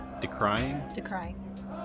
Decrying